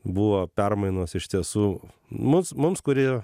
buvo permainos iš tiesų mus mums kurie